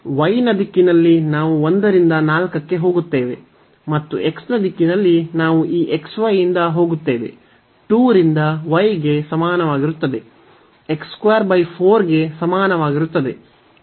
y ನ ದಿಕ್ಕಿನಲ್ಲಿ ನಾವು 1 ರಿಂದ 4 ಕ್ಕೆ ಹೋಗುತ್ತೇವೆ ಮತ್ತು x ನ ದಿಕ್ಕಿನಲ್ಲಿ ನಾವು ಈ xy ಯಿಂದ ಹೋಗುತ್ತೇವೆ 2 ರಿಂದ y ಗೆ ಸಮಾನವಾಗಿರುತ್ತದೆ ಗೆ ಸಮಾನವಾಗಿರುತ್ತದೆ